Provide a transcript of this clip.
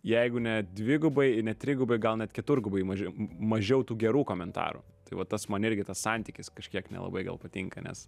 jeigu ne dvigubai ir ne trigubai gal net keturgubai mažiau mažiau tų gerų komentarų tai va tas man irgi tas santykis kažkiek nelabai gal patinka nes